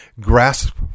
grasp